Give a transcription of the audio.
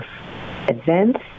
events